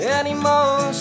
anymore